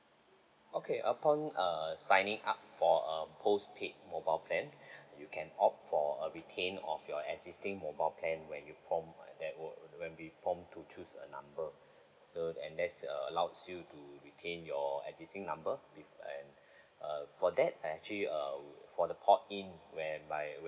okay upon err signing up for a postpaid mobile plan you can opt for a retain of your existing mobile plan when you prompt that will when we prompt to choose a number so then there's uh allows you to retain your existing number with an uh for that actually err for the port in whereby